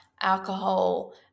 alcohol